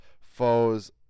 foes